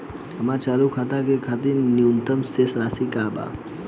हमार चालू खाता के खातिर न्यूनतम शेष राशि का बा?